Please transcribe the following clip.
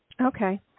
Okay